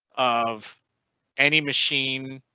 of any machine.